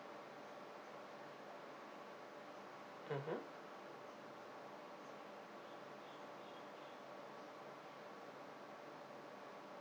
mmhmm